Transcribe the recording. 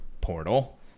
Portal